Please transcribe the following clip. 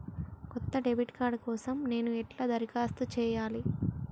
కొత్త debit card కోసం నేను ఎట్లా దరఖాస్తు చేయాలి?